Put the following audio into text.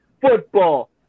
football